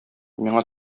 миңа